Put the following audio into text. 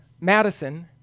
Madison